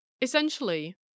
Essentially